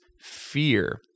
fear